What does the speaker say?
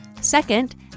Second